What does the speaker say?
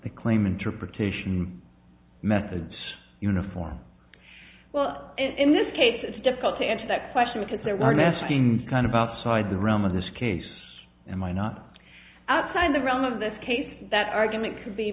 the claim interpretation methods uniform well in this case it's difficult to answer that question because there are nesting kind of outside the realm of this case and might not outside the realm of this case that argument could be